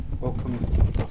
welcome